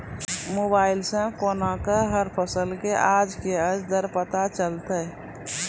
Mobile सऽ केना कऽ हर फसल कऽ आज के आज दर पता चलतै?